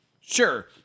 Sure